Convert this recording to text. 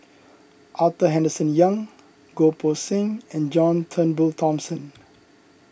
Arthur Henderson Young Goh Poh Seng and John Turnbull Thomson